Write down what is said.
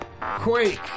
Quake